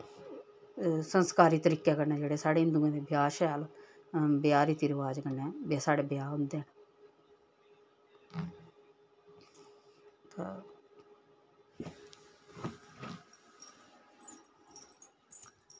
संस्कारी तरीके कन्नै जेह्ड़े साढ़े हिन्दुएं दे ब्याह् शैल ब्याह् रीति रवाज कन्नै साढ़े ब्याह् होंदे न